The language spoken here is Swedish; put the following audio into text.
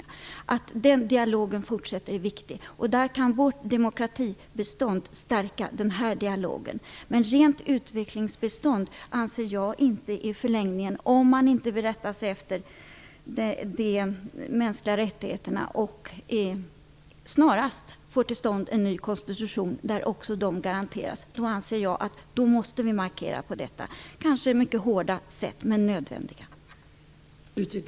Det är viktigt att den dialogen fortsätter. Vårt demokratibistånd kan stärka den här dialogen. Om man inte vill rätta sig efter de mänskliga rättigheterna och snarast får till stånd en ny konstitution där de också garanteras, anser jag att vi måste markera på detta kanske mycket hårda men nödvändiga sätt.